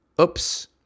Oops